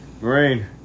Marine